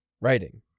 Writing